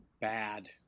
bad